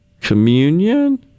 communion